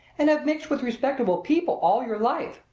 and have mixed with respectable people all your life!